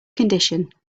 condition